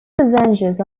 passengers